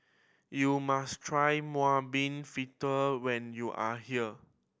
you must try mung bean fritter when you are here